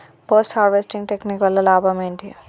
Post harvesting technique వల్ల లాభం ఏంటి?